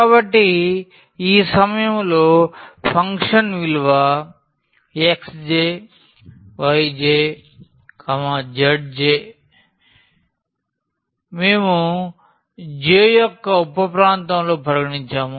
కాబట్టి ఈ సమయంలో ఫంక్షన్ విలువ xjyjzj మేము j యొక్క ఉప ప్రాంతంలో పరిగణించాము